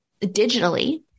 digitally